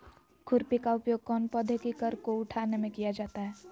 खुरपी का उपयोग कौन पौधे की कर को उठाने में किया जाता है?